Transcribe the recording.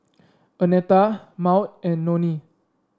Annetta Maud and Nonie